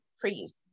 freeze